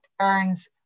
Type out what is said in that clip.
earns